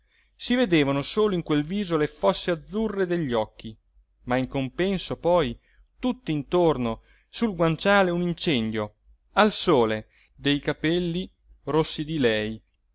si vedevano solo in quel viso le fosse azzurre degli occhi ma in l'uomo solo luigi pirandello compenso poi tutt'intorno sul guanciale un incendio al sole dei capelli rossi di lei